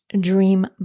dream